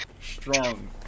Strong